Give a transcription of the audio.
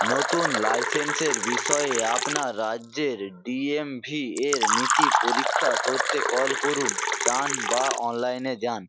নতুন লাইসেন্সের বিষয়ে আপনার রাজ্যের ডি এম ভি এর নীতি পরীক্ষা করতে কল করুন যান বা অনলাইনে যান